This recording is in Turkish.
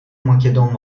makedon